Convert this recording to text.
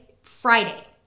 Friday